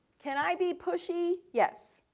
can i be pushy? yes.